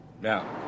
now